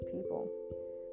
people